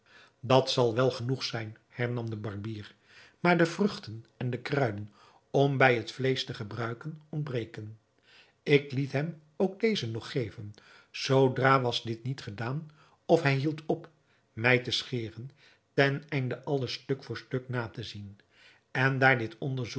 dat zal wel genoeg zijn hernam de barbier maar de vruchten en de kruiden om bij het vleesch te gebruiken ontbreken ik liet hem ook deze nog geven zoodra was dit niet gedaan of hij hield op mij te scheren ten einde alles stuk voor stuk na te zien en daar dit onderzoek